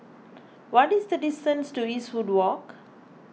what is the distance to Eastwood Walk